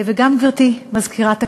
וגם גברתי מזכירת הכנסת,